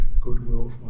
goodwill